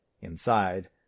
Inside